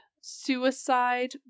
Suicide